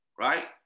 right